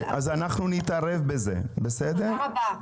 תודה רבה.